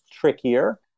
trickier